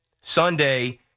Sunday